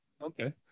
okay